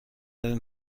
این